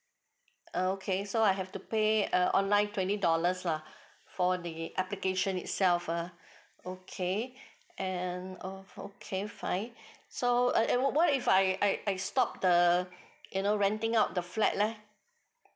err okay so I have to pay err online twenty dollars lah for the application itself uh okay and err okay fine so eh eh what if I I I stop the you know renting out the flat leh